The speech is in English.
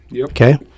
Okay